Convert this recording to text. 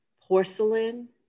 porcelain